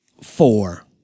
Four